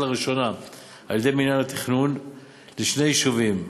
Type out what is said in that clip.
לראשונה על-ידי מינהל התכנון לשני יישובים,